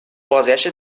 بازگشت